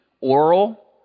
oral